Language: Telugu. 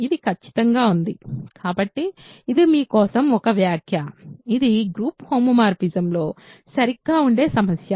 ఇది ఖచ్చితంగా ఉంది కాబట్టి ఇది మీ కోసం ఒక వ్యాఖ్య ఇది గ్రూప్ హోమోమోర్ఫిజమ్స్లో సరిగ్గా అదే సమస్య